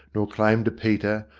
nor claimed a peter,